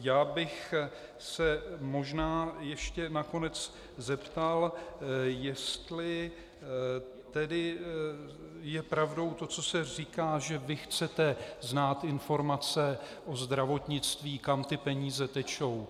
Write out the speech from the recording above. Já bych se možná ještě nakonec zeptal, jestli je pravdou to, co se říká, že chcete znát informace o zdravotnictví, kam ty peníze tečou.